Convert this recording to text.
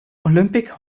olympic